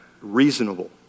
reasonable